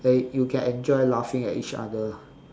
then you can enjoy laughing at each other